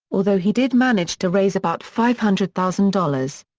although he did manage to raise about five hundred thousand dollars.